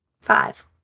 Five